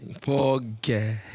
forget